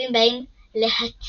נוספים באים "להציל"